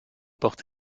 portent